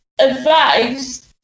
advice